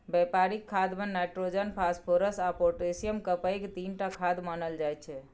बेपारिक खादमे nitrogen, phosphorus आ पोटाशियमकेँ पैघ तीनटा खाद मानल जाइ छै